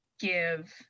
give